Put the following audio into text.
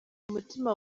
umutima